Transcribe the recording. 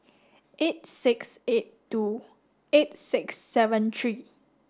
eight six eight two eight six seven three